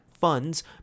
funds